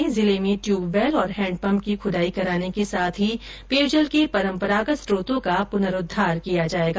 इस राशि से जिले में ट्यूबवेल और हैडपंप की खुदाई कराने के साथ ही पेयजल के परम्परागत स्त्रोतों का पुनरोद्वार किया जायेगा